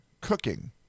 cooking